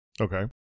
Okay